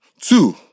Two